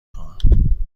خواهم